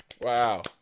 Wow